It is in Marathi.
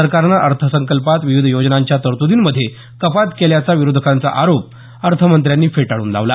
सरकारनं अर्थसंकल्पात विविध योजनांच्या तरतुर्दीमध्ये कपात केल्याचा विरोधकांचा आरोप अर्थमंत्र्यांनी फेटाळून लावला